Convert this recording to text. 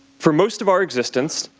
for most of our existence,